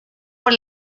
por